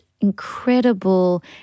incredible